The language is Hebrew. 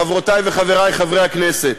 חברותי וחברי חברי הכנסת.